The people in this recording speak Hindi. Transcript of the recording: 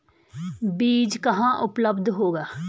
बीज कहाँ उपलब्ध होगा?